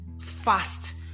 fast